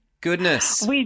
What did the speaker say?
Goodness